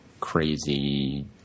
Crazy